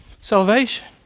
salvation